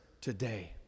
today